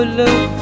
look